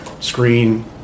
screen